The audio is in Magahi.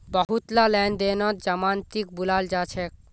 बहुतला लेन देनत जमानतीक बुलाल जा छेक